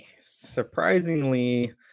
Surprisingly